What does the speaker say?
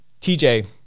TJ